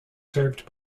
served